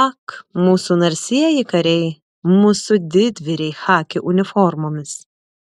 ak mūsų narsieji kariai mūsų didvyriai chaki uniformomis